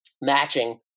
matching